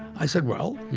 i said, well, yeah,